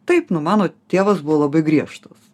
taip nu mano tėvas buvo labai griežtas